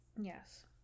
Yes